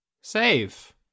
save